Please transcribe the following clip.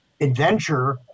adventure